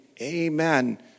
amen